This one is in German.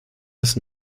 das